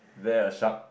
there a shark